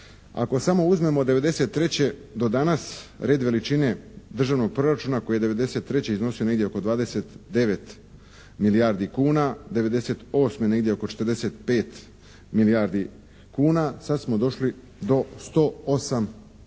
ako samo uzmemo '93. do danas red veličine državnog proračuna koji je '93. iznosio negdje oko 29 milijardi kuna, '98. negdje oko 45 milijardi kuna, sad smo došli do 108 milijardi